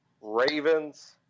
Ravens